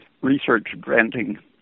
research-granting